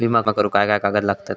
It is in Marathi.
विमा करुक काय काय कागद लागतत?